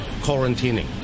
quarantining